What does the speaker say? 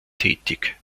tätig